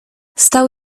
stał